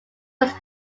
was